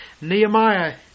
Nehemiah